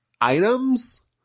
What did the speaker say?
items